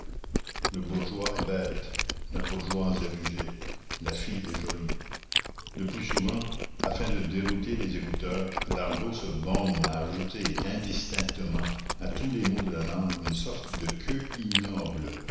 le bourgeois est bête la bourgeoise est rusée la fille est jolie le plus souvent afin de dérouter les écouteurs l'argot se borne à ajouter indistinctement à tous les mots de la langue une sorte de queue ignoble